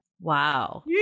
Wow